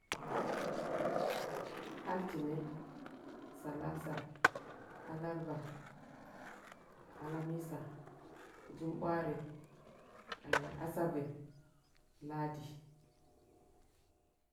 Altinə. Salaba, allarba, alamisa, jumuɓwarə, asavə, ladi.